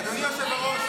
אדוני היושב-ראש,